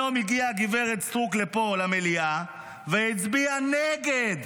היום הגיעה הגב' סטרוק לפה למליאה והצביעה נגד